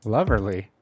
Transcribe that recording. Loverly